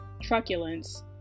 Truculence